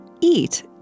eat